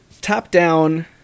top-down